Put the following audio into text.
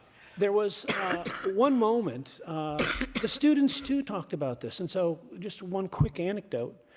there was one moment, the students too talked about this, and so just one quick anecdote.